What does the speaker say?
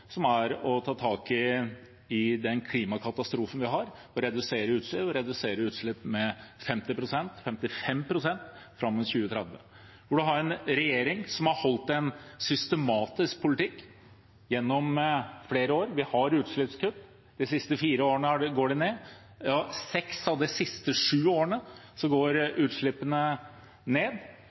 som er å ta tak i den klimakatastrofen vi har, og redusere utslipp med 50–55 pst. fram mot 2030. Vi har en regjering som har ført en systematisk politikk gjennom flere år. Vi har utslippskutt. De siste fire årene har de gått ned; seks av de siste sju årene har utslippene gått ned.